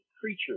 creature